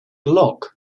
lock